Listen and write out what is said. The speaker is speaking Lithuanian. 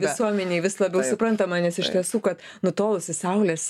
visuomenei vis labiau suprantama nes iš tiesų kad nutolusi saulės